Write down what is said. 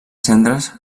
cendres